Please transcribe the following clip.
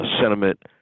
sentiment